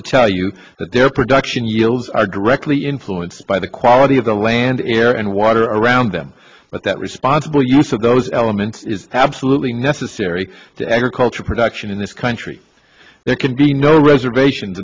to tell you that their production yields are directly influenced by the quality of the land air and water around them but that responsible use of those elements is absolutely necessary to agriculture production in this country there can be no reservations